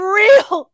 real